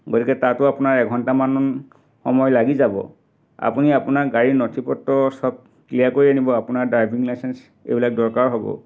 গতিকে তাতো আপোনাৰ এঘণ্টামান সময় লাগি যাব আপুনি আপোনাৰ গাড়ীৰ নথি পত্ৰ চব ক্লিয়াৰ কৰি আনিব আপোনাৰ ড্ৰাইভিং লাইচেন্স এইবিলাক দৰকাৰ হ'ব